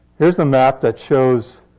here's a map that shows